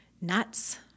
nuts